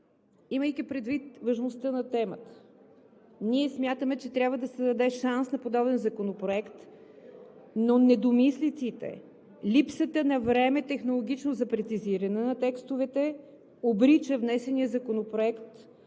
имайки предвид важността на темата, ние смятаме, че трябва да се даде шанс на подобен законопроект, но недомислиците, липсата на технологично време за прецизиране на текстовете обрича внесения Законопроект